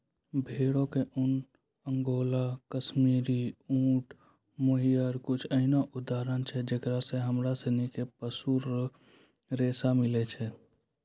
भेड़ो के ऊन, अंगोला, काश्मीरी, ऊंट, मोहायर कुछु एहनो उदाहरण छै जेकरा से हमरा सिनी के पशु रेशा मिलै छै